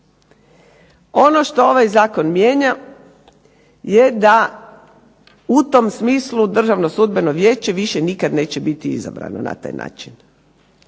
Ono što ovaj zakon mijenja je da u tom smislu Državno sudbeno vijeće više nikad neće biti izabrano na taj način.